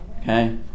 okay